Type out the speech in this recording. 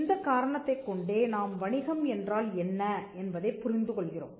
இந்தக் காரணத்தைக் கொண்டே நாம் வணிகம் என்றால் என்ன என்பதைப் புரிந்து கொள்கிறோம்